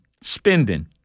spending